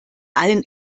allen